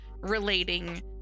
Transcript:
relating